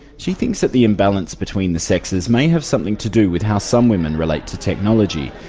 she thinks that the imbalance between the sexes may have something to do with how some women relate to technology,